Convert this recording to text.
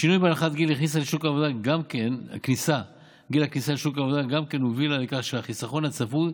השינוי בהנחת גיל הכניסה לשוק העבודה גם כן הובילה לכך שהחיסכון הצפוי